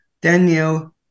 Daniel